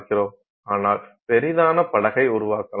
ஆனால் பெரிதான படகை உருவாக்கலாம்